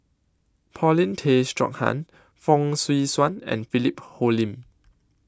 Paulin Tay Straughan Fong Swee Suan and Philip Hoalim